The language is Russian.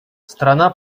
страна